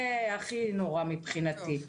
זה הכי נורא מבחינתי,